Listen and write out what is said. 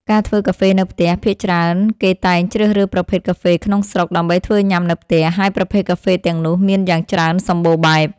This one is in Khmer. ការធ្វើកាហ្វេនៅផ្ទះ ភាគច្រើនគេតែងជ្រើសរើសប្រភេទកាហ្វេក្នុងស្រុក ដើម្បីធ្វើញ៉ាំនៅផ្ទះ ហើយប្រភេទកាហ្វេទាំងនោះមានយ៉ាងច្រើនសម្បូរបែប។